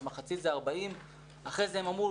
אז מחצית זה 40. אחרי זה הם אמרו,